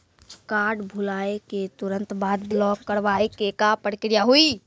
Card भुलाए के तुरंत बाद ब्लॉक करवाए के का प्रक्रिया हुई?